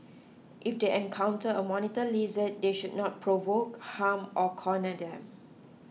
if they encounter a monitor lizard they should not provoke harm or corner them